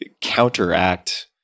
counteract